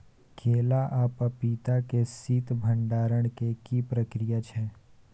केला आ पपीता के शीत भंडारण के की प्रक्रिया छै?